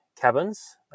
cabins